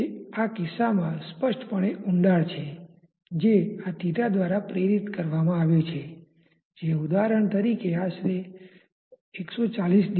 એ આ કિસ્સામાં સ્પષ્ટપણે ઉંડાણ છે જે આ થેટા દ્વારા પ્રેરિત કરવામાં આવ્યુ છે જે ઉદાહરણ તરીકે આશરે 1400 છે